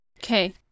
Okay